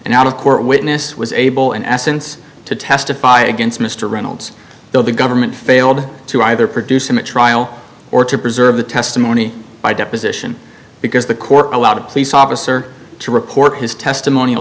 and out of court witness was able in essence to testify against mr reynolds though the government failed to either produce him a trial or to preserve the testimony by deposition because the court a lot of police officer to report his testimonial